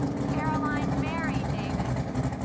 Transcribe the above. caroline mary davis